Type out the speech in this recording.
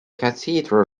cathedral